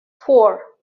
four